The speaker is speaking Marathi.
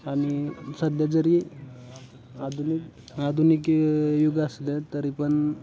आणि सध्या जरी आधुनिक आधुनिक युग असलं तरी पण